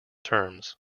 terms